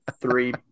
Three